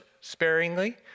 sparingly